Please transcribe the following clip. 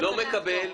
לא מקבל.